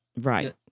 Right